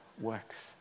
works